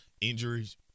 injuries